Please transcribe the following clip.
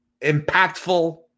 impactful